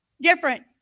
different